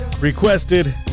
Requested